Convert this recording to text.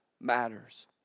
matters